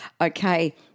Okay